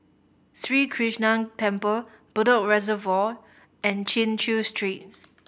Sri Krishnan Temple Bedok Reservoir and Chin Chew Street